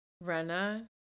Rena